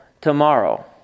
tomorrow